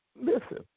Listen